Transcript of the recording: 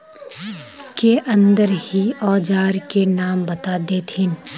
के अंदर ही औजार के नाम बता देतहिन?